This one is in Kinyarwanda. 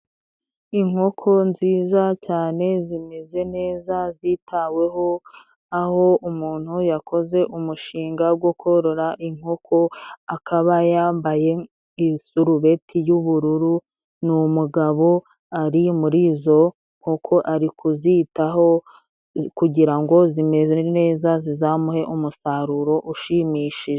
Inkoko nziza cyane zimeze neza zitaweho aho umuntu yakoze umushinga gwo gukorora inkoko akaba yambaye isurubeti y'ubururu. Ni umugabo ari murizo nkoko ari kuzitaho kugira ngo zimere neza zizamuhe umusaruro ushimishije.